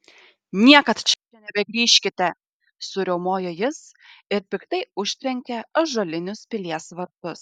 niekad čia nebegrįžkite suriaumojo jis ir piktai užtrenkė ąžuolinius pilies vartus